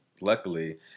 luckily